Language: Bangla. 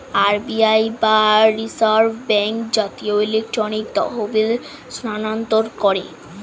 আর.বি.আই বা রিজার্ভ ব্যাঙ্ক জাতীয় ইলেকট্রনিক তহবিল স্থানান্তর করে